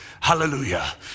hallelujah